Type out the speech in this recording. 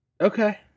Okay